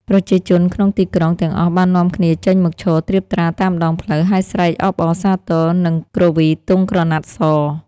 ប្រជាជនក្នុងទីក្រុងទាំងអស់បាននាំគ្នាចេញមកឈរត្រៀបត្រាតាមដងផ្លូវ ហើយស្រែកអបអរសាទរ និងគ្រវីទង់ក្រណាត់ស